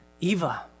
Eva